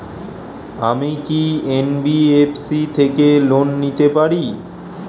আমি কি এন.বি.এফ.সি থেকে লোন নিতে পারি?